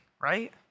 right